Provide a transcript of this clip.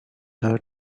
her